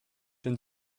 den